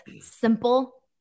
simple